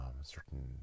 certain